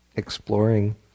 exploring